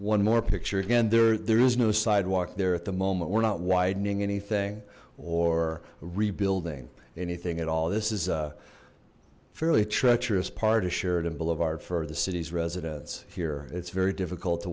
one more picture and there there is no sidewalk there at the moment we're not widening anything or rebuilding anything at all this is a fairly treacherous part assured and boulevard for the city's residents here it's very difficult to